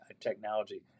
technology